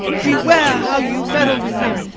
beware how you meddle with him,